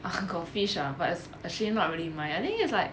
ah got fish lah but it's actually not really mine I think it's like